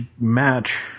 match